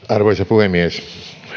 arvoisa puhemies